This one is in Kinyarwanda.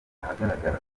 ahagaragara